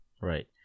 Right